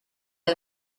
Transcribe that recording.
del